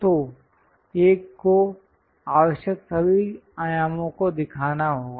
तो एक को आवश्यक सभी आयामों को दिखाना होगा